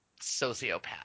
sociopath